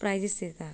prizes दिता